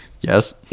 Yes